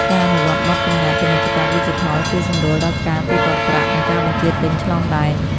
ការអនុវត្តបទបញ្ញត្តិពាណិជ្ជកម្មឌីជីថល ជួយសម្រួលដល់ការទូទាត់ប្រាក់ និងការបញ្ជាទិញឆ្លងដែន។